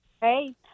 hey